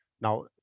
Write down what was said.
Now